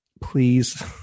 Please